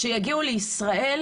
כשיגיעו לישראל,